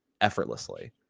effortlessly